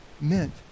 meant